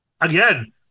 again